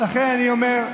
לכן אני אומר,